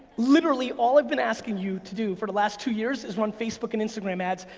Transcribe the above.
literally, all i've been asking you to do for the last two years is run facebook and instagram ads,